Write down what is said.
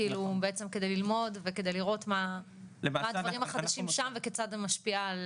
כדי בעצם ללמוד וכדי לראות מה הדברים החדשים שם וכיצד זה משפיע?